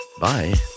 Bye